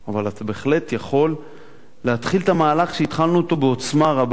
אבל אתה בהחלט יכול להתחיל את המהלך שהתחלנו אותו בעוצמה רבה,